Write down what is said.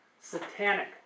satanic